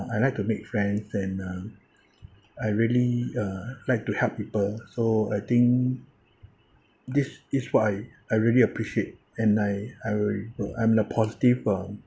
I like to make friends and uh I really uh like to help people so I think this is what I I really appreciate and I I will impr~ I'm the positive uh